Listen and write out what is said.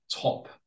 top